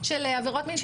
מנת